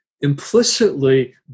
implicitly